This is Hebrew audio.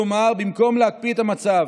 כלומר, במקום להקפיא את המצב